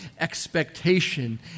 expectation